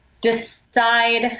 decide